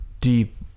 deep